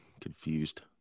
confused